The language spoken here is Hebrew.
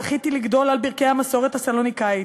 זכיתי לגדול על ברכי המסורת הסלוניקאית,